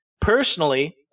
Personally